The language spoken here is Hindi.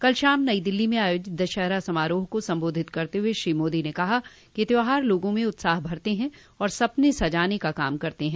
कल शाम दिल्ली में आयोजित दशहरा समारोह को संबोधित करते हुए श्री मोदी ने कहा कि त्योहार लोगों में उत्साह भरते हैं और सपने सजाने का काम करत हैं